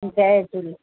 जय झूले